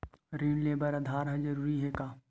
ऋण ले बर आधार ह जरूरी हे का?